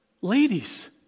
Ladies